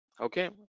okay